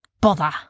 Bother